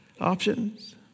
options